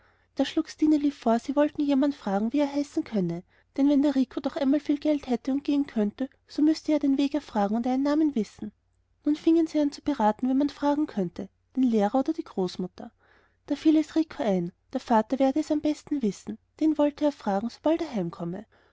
schlug stineli vor sie wollten jemand fragen wie er heißen könne denn wenn rico doch einmal viel geld hätte und gehen könnte so müßte er ja den weg erfragen und einen namen wissen nun fingen sie an zu beraten wen man fragen könnte den lehrer oder die großmutter da fiel es